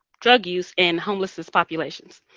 drug use in homeless populations.